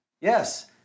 Yes